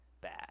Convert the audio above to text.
bad